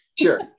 Sure